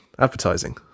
advertising